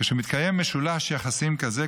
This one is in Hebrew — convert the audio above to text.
כשמתקיים משולש יחסים כזה,